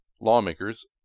lawmakers